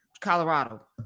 Colorado